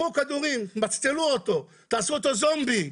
נותנים כדורים, תמסטלו אותו, תעשו אותו זומבי,